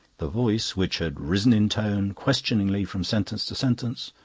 the voice, which had risen in tone, questioningly, from sentence to sentence,